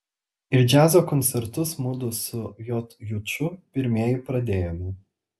ir džiazo koncertus mudu su j juču pirmieji pradėjome